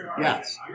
Yes